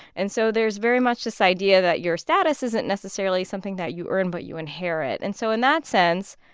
and so there's very much this idea that your status isn't necessarily something that you earn, but you inherit. and so in that sense,